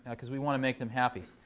because we want to make them happy.